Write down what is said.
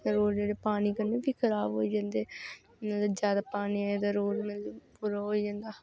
road जेह्ड़े पानी कन्नै भी खराब होइ जंदे जादा पानी आवै ते रोड़ मतलब